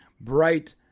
Bright